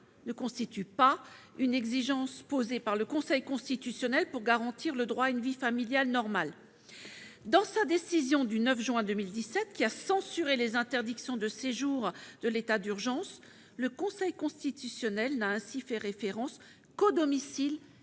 ne constitue pas une exigence posée par le Conseil constitutionnel pour garantir le droit à une vie familiale normale. Dans sa décision du 9 juin 2017 qui a censuré les interdictions de séjour de l'état d'urgence, le Conseil constitutionnel n'a ainsi fait référence qu'au domicile